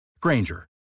Granger